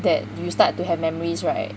that you start to have memories right